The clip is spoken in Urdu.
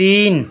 تین